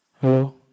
Hello